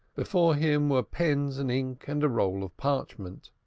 before him were pens and ink and a roll of parchment.